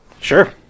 Sure